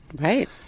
Right